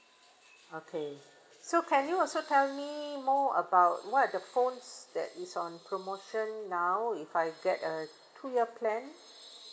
okay so can you also tell me more about what are the phones that is on promotion now if I get a two year plan